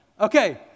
Okay